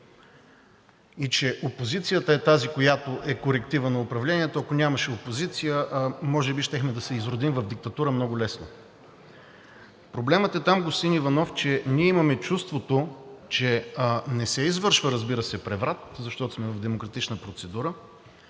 и че опозицията е тази, която е корективът на управлението. Ако нямаше опозиция, може би щяхме да се изродим в диктатура много лесно. Проблемът е там, господин Иванов, че ние имаме чувството, че не се извършва, разбира се, преврат, защото сме в демократична процедура,